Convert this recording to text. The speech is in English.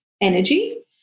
energy